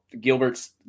Gilbert's